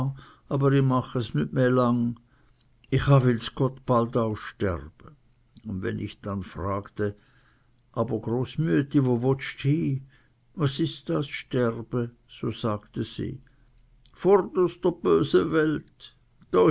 i mache's nit meh lang i cha will's gott bald o sterbe und wenn ich dann fragte aber großmüetti wo wotst hi was ist das sterbe so sagte sie furt furt us dr böse welt